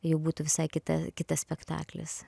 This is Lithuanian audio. jau būtų visai kita kitas spektaklis